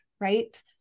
right